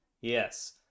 Yes